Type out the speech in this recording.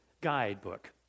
guidebook